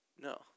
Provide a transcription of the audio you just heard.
No